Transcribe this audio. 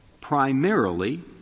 primarily